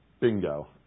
Bingo